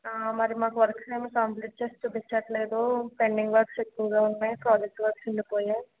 మరి మాకు వర్క్స్ ఏమి కంప్లీట్ చేసి చూపించటం లేదు పెండింగ్ వర్క్స్ ఎక్కువగా ఉన్నాయి ప్రాజెక్ట్ వర్క్స్ ఉండిపోయాయి